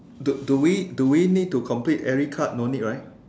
do do we do we need to complete every card no need right